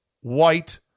white